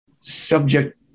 subject